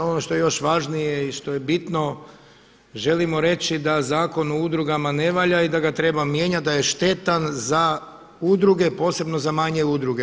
Ono što je još važnije i što je bitno, žalimo reći da Zakon o udrugama ne valja i da ga treba mijenjati, da je štetan za udruge, posebno za manje udruge.